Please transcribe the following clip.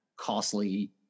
costly